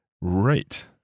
Right